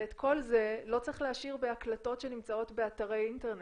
ואת כל זה לא צריך להשאיר בהקלטות של אתרי אינטרנט,